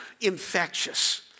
infectious